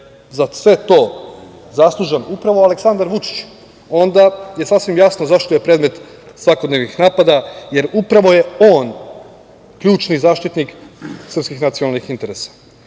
za sve to zaslužan upravo Aleksandar Vučić, onda je sasvim jasno zašto je predmet svakodnevnim napada, jer upravo je on ključni zaštitnik srpskih nacionalnih interesa. Neka